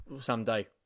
someday